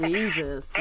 Jesus